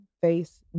face